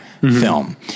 film